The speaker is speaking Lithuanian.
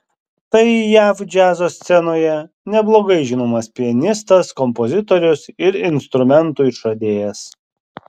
tai jav džiazo scenoje neblogai žinomas pianistas kompozitorius ir instrumentų išradėjas